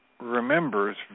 remembers